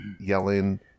yelling